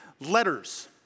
letters